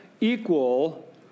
equal